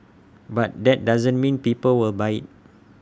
but that doesn't mean people will buy IT